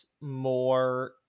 more